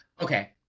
okay